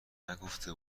نگفته